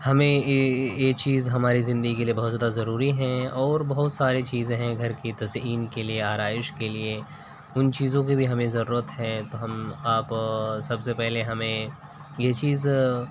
ہمیں یہ چیز ہماری زندگی کے لیے بہت زیادہ ضروری ہیں اور بہت ساری چیزیں ہیں گھر کی تزئین کے لیے آرائش کے لیے ان چیزوں کی بھی ہمیں ضرورت ہے تو ہم آپ سب سے پہلے ہمیں یہ چیز